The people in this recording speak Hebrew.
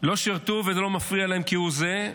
לא שירתו ולא מפריע להם כהוא זה.